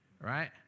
right